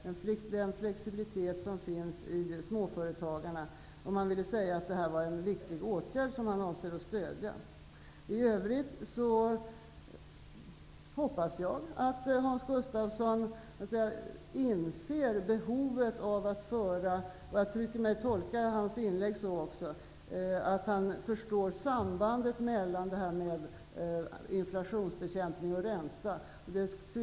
Det vore bra om Hans Gustafsson ville säga att detta är en viktig åtgärd som han avser att stödja. I övrigt hoppas jag att Hans Gustafsson inser behovet av att föra en stram politik. Jag tycker mig tolka hans inlägg så, att han förstår sambandet mellan inflationsbekämpning och ränta.